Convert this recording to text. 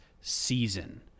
season